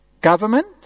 government